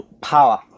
power